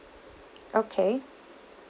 okay